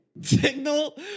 Signal